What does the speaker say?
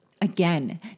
Again